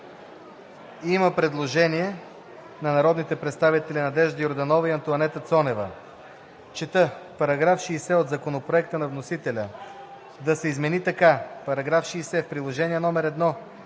Има предложение на народните представители Надежда Йорданова и Антоанета Цонева: „Параграф 60 от Законопроекта на вносителя да се измени така: „§ 60. В Приложение № 1